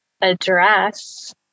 address